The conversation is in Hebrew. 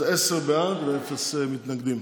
אז עשרה בעד ואפס מתנגדים.